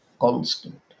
constant